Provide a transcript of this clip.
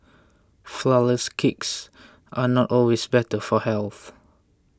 Flourless Cakes are not always better for health